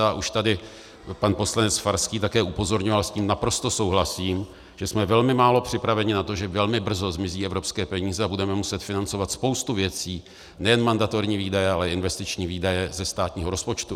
A už tady pan poslanec Farský také upozorňoval, a s tím naprosto souhlasím, že jsme velmi málo připraveni na to, že velmi brzo zmizí evropské peníze a budeme muset financovat spoustu věcí, nejen mandatorní výdaje, ale i investiční výdaje ze státního rozpočtu.